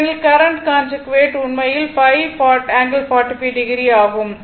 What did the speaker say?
ஏனெனில் current conjugate உண்மையில் 50 ∠45o ஆகும்